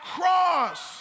cross